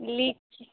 लीची